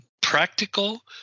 practical